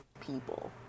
people